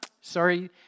sorry